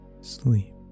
Sleep